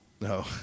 No